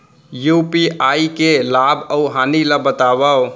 UPI के लाभ अऊ हानि ला बतावव